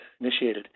initiated